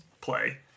play